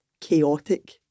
chaotic